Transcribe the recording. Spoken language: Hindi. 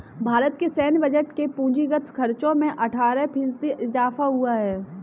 भारत के सैन्य बजट के पूंजीगत खर्चो में अट्ठारह फ़ीसदी इज़ाफ़ा हुआ है